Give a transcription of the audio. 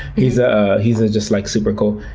he's ah he's ah just, like, super cool.